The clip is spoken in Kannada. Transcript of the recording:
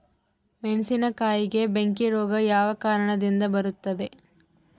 ಮೆಣಸಿನಕಾಯಿಗೆ ಬೆಂಕಿ ರೋಗ ಯಾವ ಕಾರಣದಿಂದ ಬರುತ್ತದೆ?